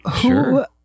Sure